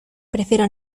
prefiero